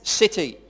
city